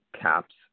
caps